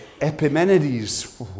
Epimenides